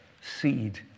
seed